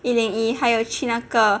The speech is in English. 一零一还有去那个